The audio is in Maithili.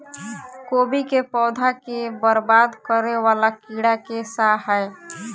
कोबी केँ पौधा केँ बरबाद करे वला कीड़ा केँ सा है?